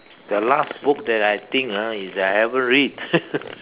the last book that I think uh is that I haven't read